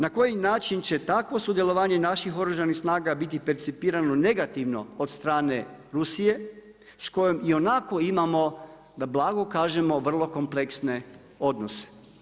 Na koji način će takvo sudjelovanje naših Oružanih snaga biti percipirano negativno od strane Rusije s kojom ionako imamo da blago kažemo vrlo kompleksne odnose.